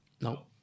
No